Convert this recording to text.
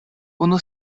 unu